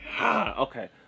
Okay